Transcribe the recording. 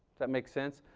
that makes sense.